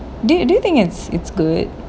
do do you think it's it's good